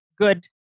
good